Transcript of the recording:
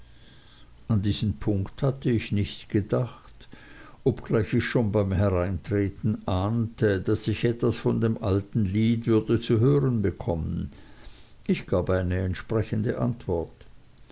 an diesen punkt hatte ich nicht gedacht obgleich ich schon beim hereintreten ahnte daß ich etwas von dem alten lied würde zu hören bekommen ich gab eine entsprechende antwort